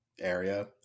area